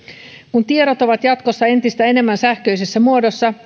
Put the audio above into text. kun tiedot ovat jatkossa entistä enemmän sähköisessä muodossa